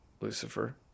Lucifer